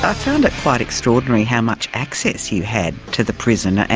ah found it quite extraordinary how much access you had to the prison,